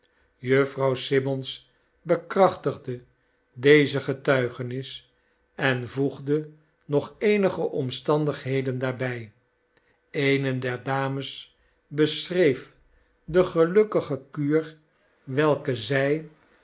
jufvrouw simmons bekrachtigde deze getuigenis en voegde nog eenige omstandigheden daarbij eene der dames beschreef de gelukkige kuur welke zij